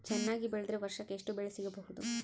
ಚೆನ್ನಾಗಿ ಬೆಳೆದ್ರೆ ವರ್ಷಕ ಎಷ್ಟು ಬೆಳೆ ಸಿಗಬಹುದು?